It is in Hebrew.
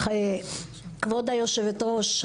כבוד יושבת הראש,